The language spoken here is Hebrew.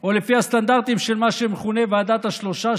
או לפי הסטנדרטים של מה שמכונה "ועדת השלושה",